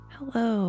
Hello